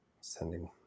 sending